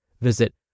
Visit